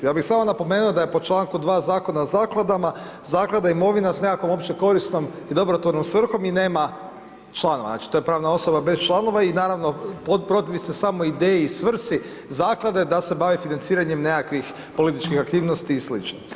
Ja bi samo napomenuo da je po članku dva Zakona o zakladama, Zaklada imovina sa nekakvom opće korisnom i dobrotvornom svrhom i nema člana, znači to je pravna osoba bez članova, i naravno, protivi se samoj ideji i svrsi Zaklade, da se bavi financiranjem nekakvih političkih aktivnosti i slično.